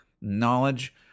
knowledge